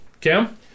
Cam